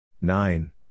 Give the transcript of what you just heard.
Nine